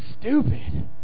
stupid